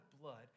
blood